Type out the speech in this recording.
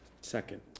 Second